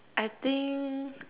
I think